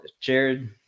Jared